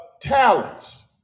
talents